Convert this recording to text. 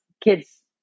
kids